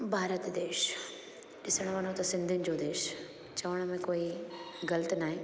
भारत देश ॾिसण वञू त सिंधियुनि जो देश चवण में कोई ग़लति न आहे